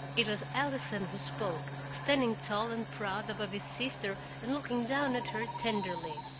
it was allison who spoke, standing tall and proud above his sister and looking down at her tenderly.